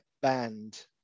banned